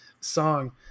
song